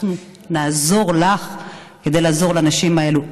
אנחנו נעזור לך כדי לעזור לנשים האלה.